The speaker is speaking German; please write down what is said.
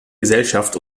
gesellschaft